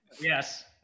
Yes